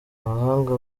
abahanga